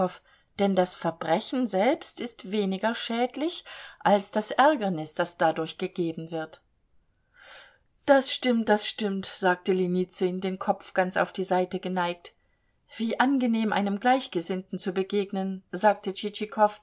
denn das verbrechen selbst ist weniger schädlich als das ärgernis das dadurch gegeben wird das stimmt das stimmt sagte ljenizyn den kopf ganz auf die seite geneigt wie angenehm einem gleichgesinnten zu begegnen sagte